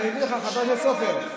חבר הכנסת סופר,